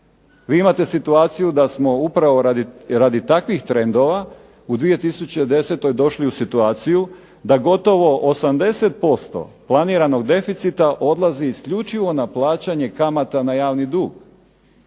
Vi imate situaciju da smo upravo radi takvih trendova u 2010. došli u situaciju da gotovo 80% planiranog deficita odlazi isključivo na plaćanje kamata na javni dug,